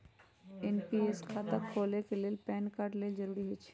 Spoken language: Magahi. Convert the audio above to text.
एन.पी.एस खता खोले के लेल पैन कार्ड लेल जरूरी होइ छै